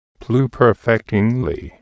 pluperfectingly